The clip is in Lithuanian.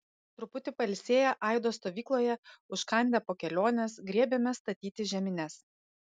truputį pailsėję aido stovykloje užkandę po kelionės griebėmės statyti žemines